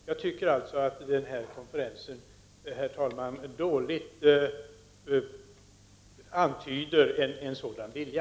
Därför tycker jag, herr talman, att denna konferens dåligt antyder en sådan vilja.